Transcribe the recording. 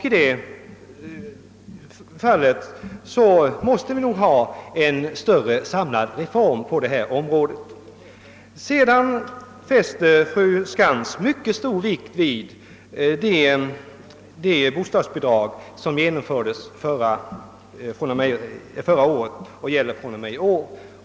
Fördenskull måste vi ha en större, samlad reform på detta område. Fru Skantz fäste vidare mycket stor vikt vid de bostadsbidrag, som beslutades förra året och som gäller från och med i år.